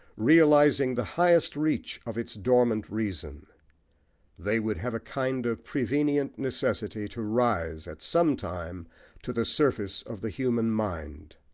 realising the highest reach of its dormant reason they would have a kind of prevenient necessity to rise at some time to the surface of the human mind.